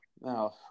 Now